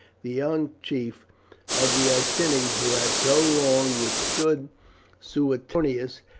the young chief of the iceni, who had so long withstood suetonius,